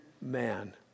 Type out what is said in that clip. man